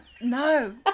No